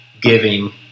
giving